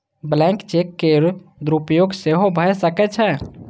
blank cheque के दुरुपयोग सेहो भए सकै छै